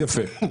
יפה.